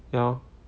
ya